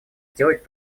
сделать